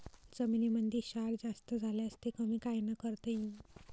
जमीनीमंदी क्षार जास्त झाल्यास ते कमी कायनं करता येईन?